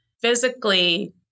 physically